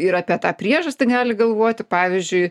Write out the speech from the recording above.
ir apie tą priežastį gali galvoti pavyzdžiui